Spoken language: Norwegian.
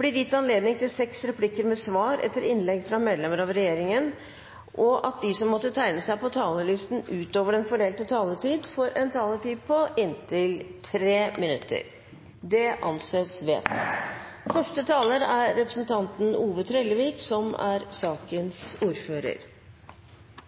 blir gitt anledning til seks replikker med svar etter innlegg fra medlemmer av regjeringen innenfor den fordelte taletid, og at de som måtte tegne seg på talerlisten utover den fordelte taletid, får en taletid på inntil 3 minutter. – Det anses vedtatt. Ingunn Foss er sakens ordfører,